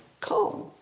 come